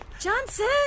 Johnson